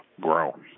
grow